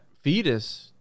fetus